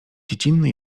dziecinny